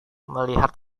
melihat